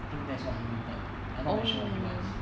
think that's what he want but I'm not very sure what he wants